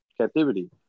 captivity